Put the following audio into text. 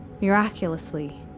miraculously